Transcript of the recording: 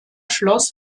schloss